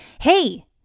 hey